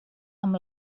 amb